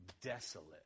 desolate